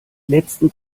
letzten